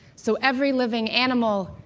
so every living animal,